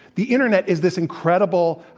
the internet is this incredible,